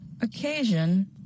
occasion